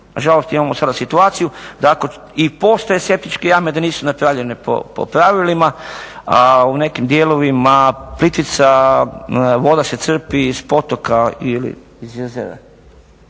Nažalost, imamo sada situaciju da ako i postoje septičke jame da nisu napravljene po pravilima, a u nekim dijelovima Plitvica voda se crpi iz potoka ili iz jezera.